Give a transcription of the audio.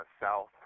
South